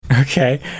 Okay